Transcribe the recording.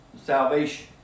Salvation